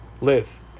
live